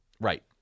right